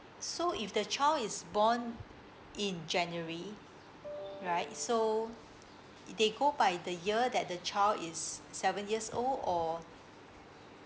so if the child is born in january right so they go by the year that the child is seven years old or